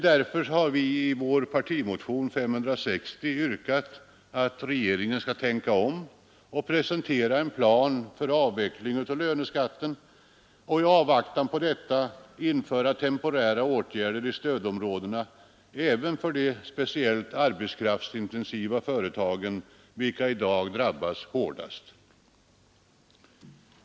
Därför har vi i partimotionen 560 yrkat att regeringen skall tänka om och presentera en plan för avveckling av löneskatten och i avvaktan på detta införa temporära åtgärder i stödområdena även för de speciellt arbetskraftsintensiva företagen, vilka i dag drabbas hårdast.